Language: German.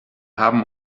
haben